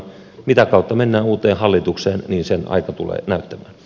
mitä kautta mennään uuteen hallitukseen sen aika tulee näyttämään